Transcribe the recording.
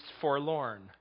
forlorn